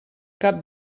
cap